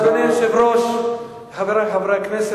חבר הכנסת